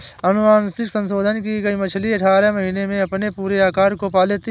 अनुवांशिक संशोधन की गई मछली अठारह महीने में अपने पूरे आकार को पा लेती है